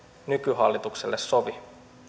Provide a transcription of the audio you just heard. nykyhallitukselle sovi